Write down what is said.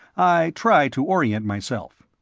i tried to orient myself.